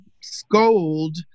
scold